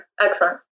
Excellent